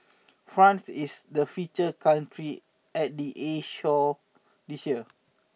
France is the feature country at the air show this year